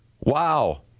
wow